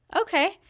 Okay